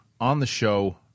on-the-show